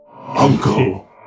uncle